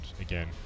again